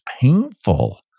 painful